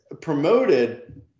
promoted